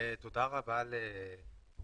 תודה רבה ל-IATA,